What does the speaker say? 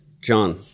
John